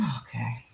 Okay